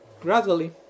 Gradually